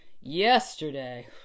yesterday